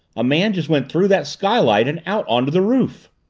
a man just went through that skylight and out onto the roof!